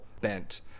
bent